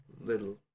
little